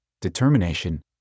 determination